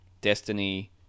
Destiny